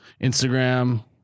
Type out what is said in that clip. Instagram